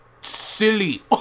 silly